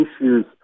issues